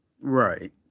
Right